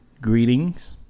greetings